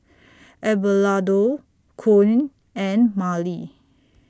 Abelardo Koen and Marely